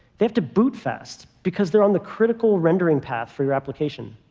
they have to boot fast, because they're on the critical rendering path for your application.